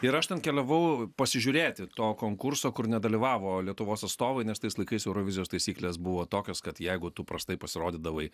ir aš ten keliavau pasižiūrėti to konkurso kur nedalyvavo lietuvos atstovai nes tais laikais eurovizijos taisyklės buvo tokios kad jeigu tu prastai pasirodydavai